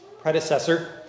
predecessor